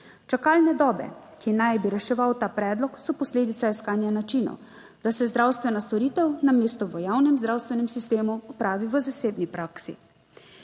Čakalne dobe, ki naj bi reševal ta predlog, so posledica iskanja načinov, da se zdravstvena storitev namesto v javnem zdravstvenem sistemu opravi v zasebni praksi.